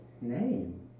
name